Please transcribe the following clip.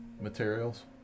Materials